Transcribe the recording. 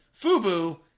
Fubu